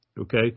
Okay